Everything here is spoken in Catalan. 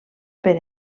per